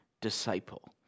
disciple